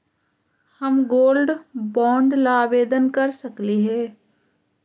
हम gold bond ला आवेदन कर सकली हे?